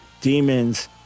demons